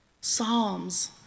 Psalms